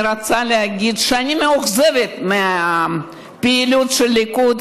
אני רוצה להגיד שאני מאוכזבת מהפעילות של הליכוד